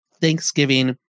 Thanksgiving